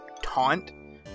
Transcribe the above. taunt